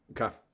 okay